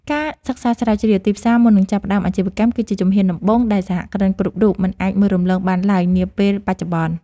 ការសិក្សាស្រាវជ្រាវទីផ្សារមុននឹងចាប់ផ្តើមអាជីវកម្មគឺជាជំហានដំបូងដែលសហគ្រិនគ្រប់រូបមិនអាចមើលរំលងបានឡើយនាពេលបច្ចុប្បន្ន។